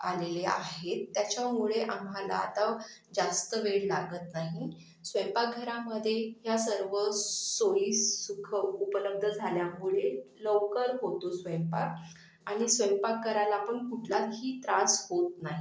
आलेल्या आहेत त्याच्यामुळे आम्हाला आता जास्त वेळ लागत नाही स्वयंपाकघरामध्ये या सर्व सोयी सुख उपलब्ध झाल्यामुळे लवकर होतो स्वयंपाक आणि स्वयंपाक करायलापण कुठलाही त्रास होत नाही